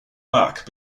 back